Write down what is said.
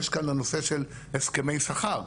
יש כאן הנושא של הסכמי שכר.